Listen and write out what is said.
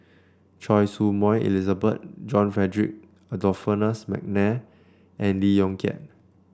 Choy Su Moi Elizabeth John Frederick Adolphus McNair and Lee Yong Kiat